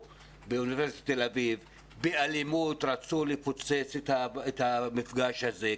באוניברסיטת תל אביב ורצו לפוצץ באלימות את המפגש הזה.